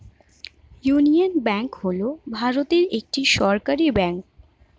union Bank হল ভারতের একটি সরকারি ব্যাঙ্ক